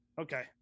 Okay